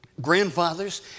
Grandfathers